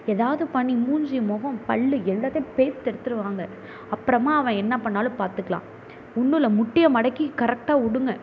எதாவது பண்ணி மூஞ்சு முகம் பல் எல்லாத்தையும் பேர்த்து எடுத்துட்டு வாங்க அப்புறமாக அவன் என்ன பண்ணாலும் பார்த்துக்கலாம் ஒன்றும் இல்லை முட்டியை மடக்கி கரெக்டாக விடுங்க